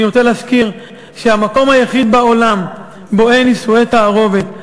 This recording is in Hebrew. אני רוצה להזכיר שהמקום היחיד בעולם שבו אין נישואי תערובת,